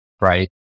right